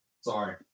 Sorry